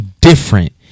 different